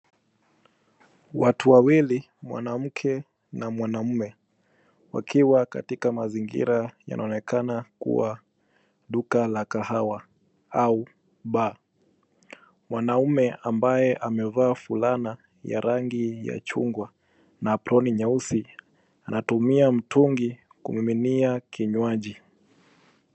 Watu wawili, mwanamke na mwanaume wakiwa katika mazingira yanaonekana kuwa duka la kahawa au (cs)bar(cs). Mwanaume ambaye amevaa fulana ya rangi ya chungwa na aproni nyeusi anatumia mtungi kumiminia kinywaji.